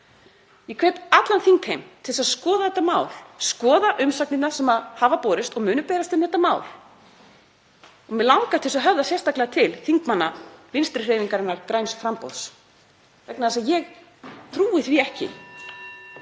Ég hvet allan þingheim til að skoða þetta mál, skoða umsagnirnar sem hafa borist og munu berast um það. Mig langar til að höfða sérstaklega til þingmanna Vinstrihreyfingarinnar – græns framboðs vegna þess að ég trúi því ekki